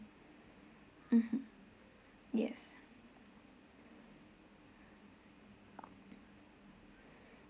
mmhmm yes